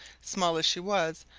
small as she was,